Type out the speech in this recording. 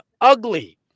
ugly